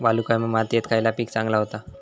वालुकामय मातयेत खयला पीक चांगला होता?